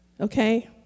Okay